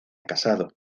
casado